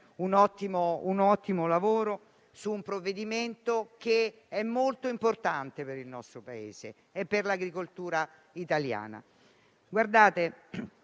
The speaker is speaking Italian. un ottimo lavoro su un provvedimento molto importante per il nostro Paese e per l'agricoltura italiana.